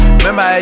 Remember